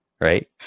right